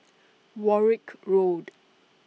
Warwick Road